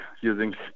using